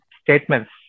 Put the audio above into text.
statements